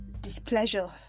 displeasure